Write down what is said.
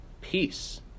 peace